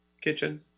kitchen